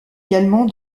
également